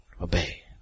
Obey